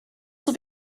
will